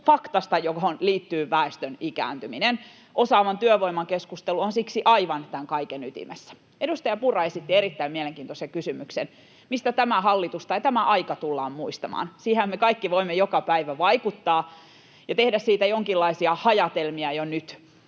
faktasta, johon liittyy väestön ikääntyminen. Osaavan työvoiman keskustelu on siksi aivan tämän kaiken ytimessä. Edustaja Purra esitti erittäin mielenkiintoisen kysymyksen: mistä tämä hallitus tai tämä aika tullaan muistamaan? Siihenhän me kaikki voimme joka päivä vaikuttaa ja tehdä siitä jonkinlaisia hajatelmia jo nyt.